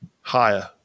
higher